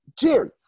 Jerry